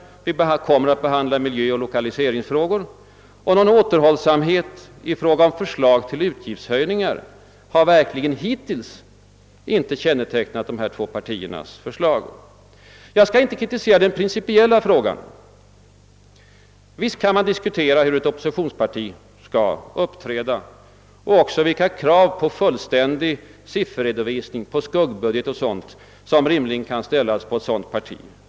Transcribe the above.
Vi kommer också att behandla mil jöoch lokaliseringsfrågor, och någon återhållsamhet i fråga om förslag till utgiftshöjningar har hittills inte kännetecknat dessa två partiers förslag. Jag skall inte framföra kritik i den principiella frågan. Visst kan man diskutera hur ett oppositionsparti skall uppträda och även vilka krav på fullständig sifferredovisning, på skuggbudget o. s. v., som rimligen kan ställas på ett sådant parti.